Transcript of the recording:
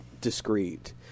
discreet